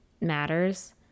matters